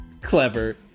clever